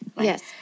Yes